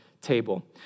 table